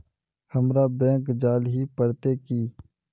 हमरा बैंक जाल ही पड़ते की?